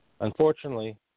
Unfortunately